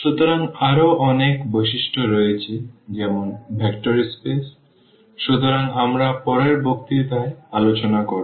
সুতরাং আরও অনেক বৈশিষ্ট্য রয়েছে যেমন ভেক্টর স্পেস সুতরাং আমরা পরের বক্তৃতায় ঠিক আলোচনা করব